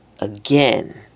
again